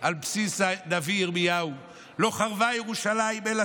על בסיס הנביא ירמיהו: "לא חרבה ירושלים אלא,